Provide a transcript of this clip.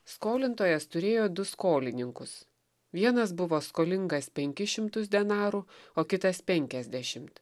skolintojas turėjo du skolininkus vienas buvo skolingas penkis šimtus denarų o kitas penkiasdešimt